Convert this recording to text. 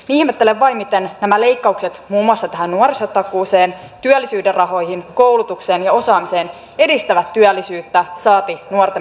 ihmettelen vain miten nämä leikkaukset muun muassa tähän nuorisotakuuseen työllisyyden rahoihin koulutukseen ja osaamiseen edistävät työllisyyttä saati nuortemme työllistymistä